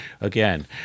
again